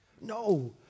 No